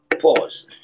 Pause